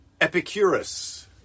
Epicurus